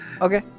Okay